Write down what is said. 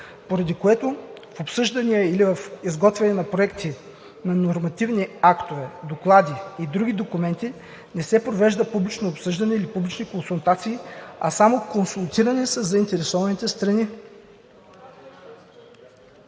поради което в обсъждания или изготвяне на проекти на нормативни актове, доклади и други документи не се провежда публично обсъждане или публични консултации, а само консултиране със заинтересованите страни.